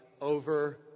over